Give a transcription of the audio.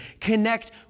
Connect